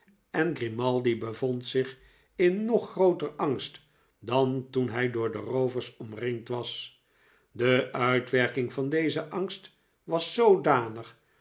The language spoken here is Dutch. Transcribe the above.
en grimaldi bevond zich in nog grooter angst dan toen hi door de roovers omringd was de uitwerking van dezen angst was zoodanig